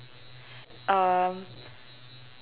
um